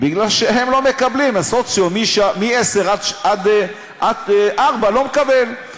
בגלל שהם לא מקבלים, סוציו מ-10 עד 4 לא מקבל.